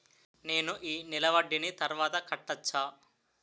నేను ఈ నెల వడ్డీని తర్వాత కట్టచా?